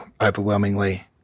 overwhelmingly